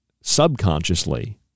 subconsciously